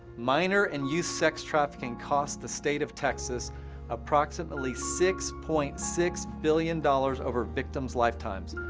minor and youth sex trafficking cost the state of texas approximately six point six billion dollars over victims' lifetimes.